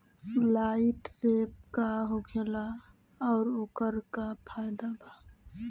Light trap का होखेला आउर ओकर का फाइदा बा?